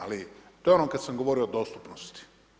Ali, to je ono kad sam govorio o dostupnosti.